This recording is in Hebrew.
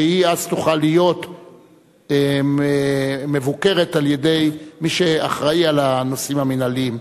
שהיא אז תוכל להיות מבוקרת על-ידי מי שאחראי לנושאים המינהליים,